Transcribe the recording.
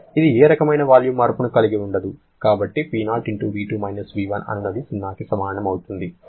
ఇది ఏ రకమైన వాల్యూమ్ మార్పును కలిగి ఉండదు కాబట్టి P0V2-V1 అనునది 0కి సమానం అవుతుంది